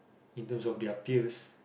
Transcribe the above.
in terms of their peers